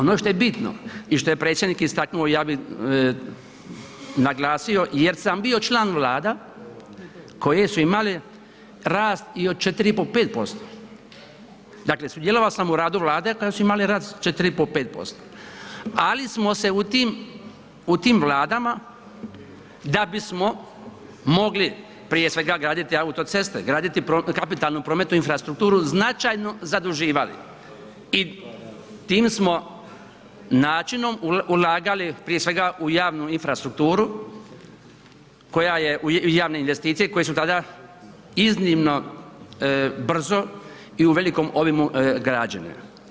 Ono što je bitno i što je predsjednik istaknuo, ja bih naglasio, jer sam bio član Vlada koje su imale rast i od 4,5, 5%, dakle sudjelovao sam u radu Vlade kada su imali rast 4,5, 5% ali smo se u tim Vladama da bismo mogli prije svega graditi autoceste, graditi kapitalnu prometnu infrastrukturu značajno zaduživali i tim smo načinom ulagali prije svega u javnu infrastrukturu koja je, u javne investicije koje su tada iznimno brzo i u velikom obimu građene.